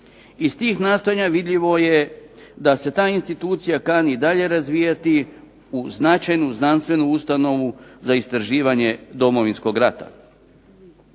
Iz tih nastojanja vidljivo je da se ta institucija kani i dalje razvijati u značajnu znanstvenu ustanovu za istraživanje Domovinskog rata.